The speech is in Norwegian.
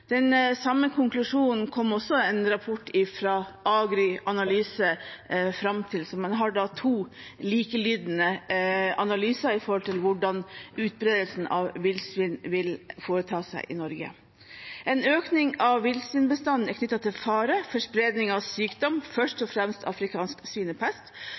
Den samme konklusjonen kom man fram til i en rapport fra AgriAnalyse, så en har to likelydende analyser når det gjelder hvordan utbredelsen av villsvin vil arte seg i Norge. En økning i villsvinbestanden er knyttet til fare for spredning av sykdom, først og fremst afrikansk svinepest,